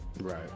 right